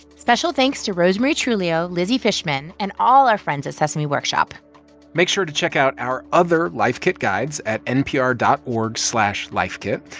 special thanks to rosemarie truglio, lizzy fishman and all our friends at sesame workshop make sure to check out our other life kit guides at npr dot org slash lifekit.